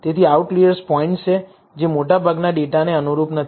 તેથી outliers points છે જે મોટાભાગના ડેટાને અનુરૂપ નથી